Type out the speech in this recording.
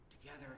together